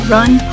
Run